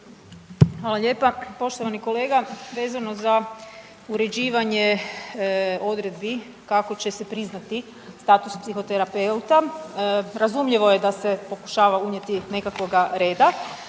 Hvala lijepa. Poštovani kolega. Vezano za uređivanje odredbi kako će se priznati status psihoterapeuta, razumljivo je da se pokušava unijeti nekakvoga reda,